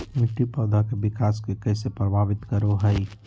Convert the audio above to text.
मिट्टी पौधा के विकास के कइसे प्रभावित करो हइ?